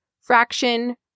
fraction